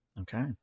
Okay